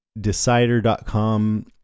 decider.com